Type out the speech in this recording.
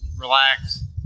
relax